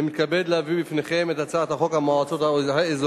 אני מתכבד להביא בפניכם את הצעת חוק המועצות האזוריות